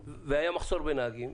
והיה מחסור בנהגים.